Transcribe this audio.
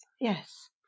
Yes